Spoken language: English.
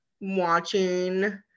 watching